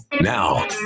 Now